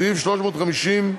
סעיף 350,